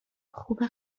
خوبه